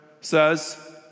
says